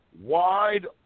Wide